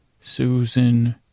Susan